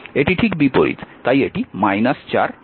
এটি ঠিক বিপরীত তাই এটি 4 হবে